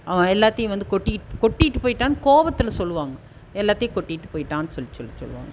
அவன் எல்லாத்தையும் வந்து கொட்டிகிட் கொட்டிகிட்டு போயிட்டான் கோவத்தில் சொல்லுவாங்க எல்லாத்தையும் கொட்டிகிட்டு போயிட்டான்னு சொல்லிட்டு சொல்லி சொல்லுவாங்க